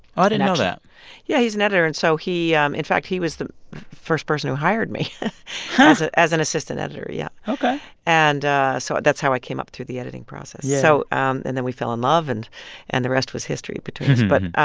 ah didn't know that yeah, he's an editor. and so he um in fact, he was the first person who hired me as ah as an assistant editor. yeah ok and so that's how i came up through the editing process yeah so um and then we fell in love, and and the rest was history between us. but